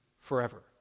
forever